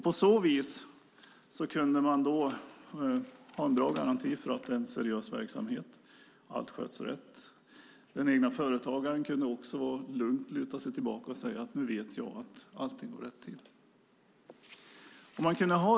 På så vis kunde man få en bra garanti för en seriös verksamhet där allt sköts rätt. Den egna företagaren kunde lugnt luta sig tillbaka och veta att allt går rätt till.